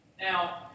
Now